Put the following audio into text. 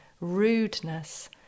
rudeness